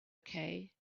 okay